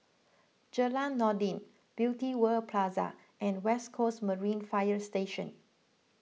Jalan Noordin Beauty World Plaza and West Coast Marine Fire Station